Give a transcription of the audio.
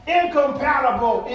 incompatible